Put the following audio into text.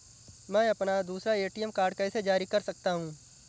मैं अपना दूसरा ए.टी.एम कार्ड कैसे जारी कर सकता हूँ?